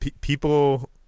People